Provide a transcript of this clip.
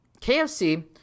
KFC